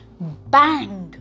Bang